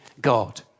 God